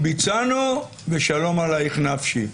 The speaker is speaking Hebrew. ביצענו ושלום עליך נפשי.